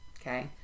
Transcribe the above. Okay